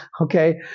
okay